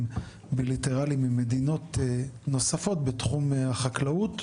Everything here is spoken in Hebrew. בילטרליים עם מדינות נוספות בתחום החקלאות,